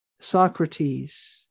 Socrates